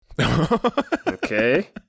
Okay